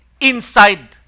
inside